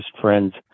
friends